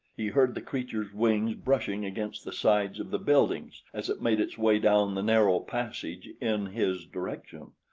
he heard the creature's wings brushing against the sides of the buildings as it made its way down the narrow passage in his direction.